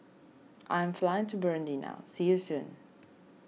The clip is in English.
I am flying to Burundi now see you soon